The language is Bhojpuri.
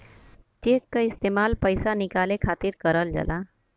चेक क इस्तेमाल पइसा निकाले खातिर करल जाला